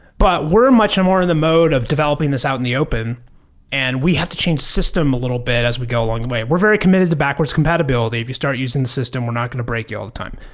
but we're much more in the mode of developing this out in the open and we have to change system a little bit as we go along the way. we're very committed to backwards compatibility. if you start using the system, we're not going to break you all the time.